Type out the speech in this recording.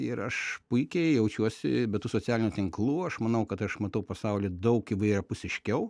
ir aš puikiai jaučiuosi be tų socialinių tinklų aš manau kad aš matau pasaulį daug įvairiapusiškiau